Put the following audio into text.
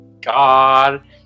god